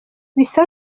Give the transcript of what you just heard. bisa